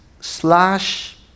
slash